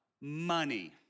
money